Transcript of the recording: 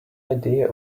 idea